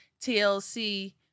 TLC